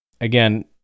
Again